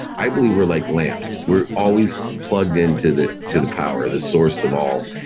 i believe we're like lamps. we're always plugged in to the to the power, the source of all,